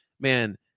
Man